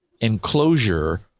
enclosure